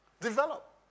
develop